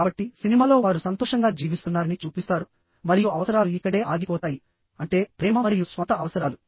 కాబట్టి సినిమాలో వారు సంతోషంగా జీవిస్తున్నారని చూపిస్తారు మరియు అవసరాలు ఇక్కడే ఆగిపోతాయి అంటే ప్రేమ మరియు స్వంత అవసరాలు